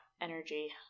energy